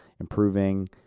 improving